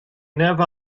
never